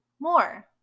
more